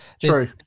True